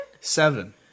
Seven